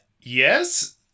Yes